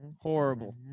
horrible